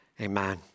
amen